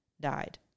died